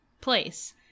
place